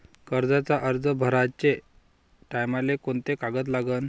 कर्जाचा अर्ज भराचे टायमाले कोंते कागद लागन?